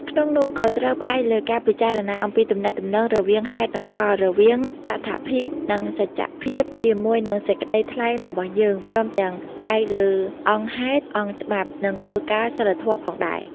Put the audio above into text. ក្នុងនោះ ក៏ត្រូវផ្អែកលើការពិចារណាអំពីទំនាក់ទំនងរវាងហេតុនិងផល រវាងតថភាព និងសច្ចភាពជាមួយនឹងសេចក្ដីថ្លែងរបស់យើង ព្រមទាំងផ្អែកលើអង្គហេតុ អង្គច្បាប់ និងគោលការណ៍សីលធម៌ផងដែរ។